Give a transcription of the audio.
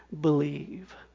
believe